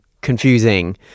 confusing